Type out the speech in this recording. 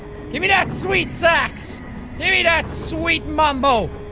give me that sweet sax gimme that sweet mombo!